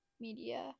Media